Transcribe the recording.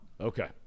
Okay